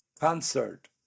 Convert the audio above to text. concert